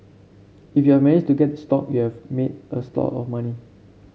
if you are managed to get the stock you have made a stock of money